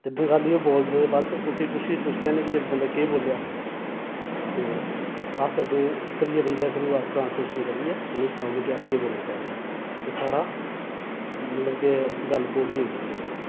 ते बंगाली ओह् बोलदे तां कुसै ई पुच्छी लैन्ने कि इस बंदे केह् बोल्लेआ ते अस अग्गें त्रीऐ बंदे दे थ्रू ट्रांसलेशन करियै उ'नें ई सनाई ओड़ने कि अस केह् बोलना चाह्न्नें ते साढ़ा मतलब कि गल्ल पूरी होई जंदी